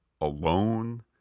alone